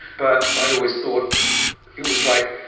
but i'd always thought it was like,